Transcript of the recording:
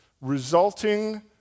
resulting